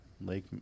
Lake